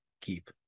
keep